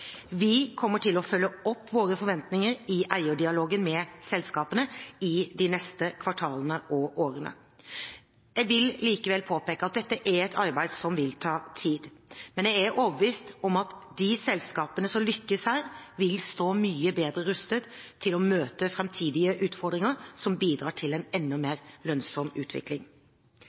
Vi kommer til å følge opp våre forventninger i eierdialogen med selskapene i de neste kvartalene og årene. Jeg vil likevel påpeke at dette er et arbeid som vil ta tid. Men jeg er overbevist om at de selskapene som lykkes her, vil stå mye bedre rustet til å møte framtidige utfordringer som bidrar til en enda mer lønnsom utvikling.